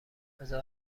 بزار